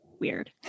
Weird